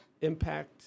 impact